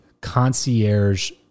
concierge